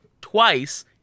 twice